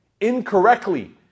incorrectly